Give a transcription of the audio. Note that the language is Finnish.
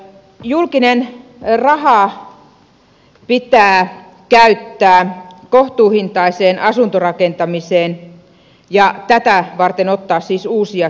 julkinen raha pitää käyttää kohtuuhintaiseen asuntorakentamiseen ja tätä varten ottaa siis uusia keinoja